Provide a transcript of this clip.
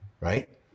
right